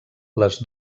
les